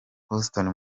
houston